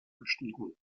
gestiegen